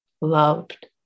loved